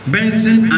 Benson